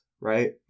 right